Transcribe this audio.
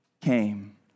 came